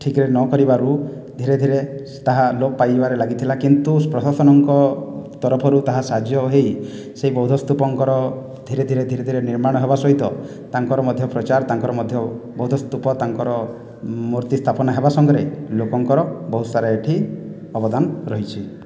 ଠିକ୍ରେ ନ କରିବାରୁ ଧିରେ ଧିରେ ତାହା ଲୋପ ପାଇଯିବାରେ ଲାଗିଥିଲା କିନ୍ତୁ ପ୍ରଶାସନଙ୍କ ତରଫରୁ ତାହା ସାହାଯ୍ୟ ହୋଇ ସେହି ବୌଦ୍ଧ ସ୍ତୂପଙ୍କର ଧିରେ ଧିରେ ଧିରେ ଧିରେ ନିର୍ମାଣ ହେବା ସହିତ ତାଙ୍କର ମଧ୍ୟ ପ୍ରଚାର ତାଙ୍କର ମଧ୍ୟ ବୌଦ୍ଧ ସ୍ତୂପ ତାଙ୍କର ମୂର୍ତ୍ତି ସ୍ଥାପନ ହେବା ସଙ୍ଗରେ ଲୋକଙ୍କର ବହୁତ ସାରା ଏଠି ଅବଦାନ ରହିଛି